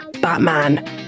Batman